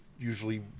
Usually